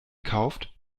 kauft